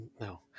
no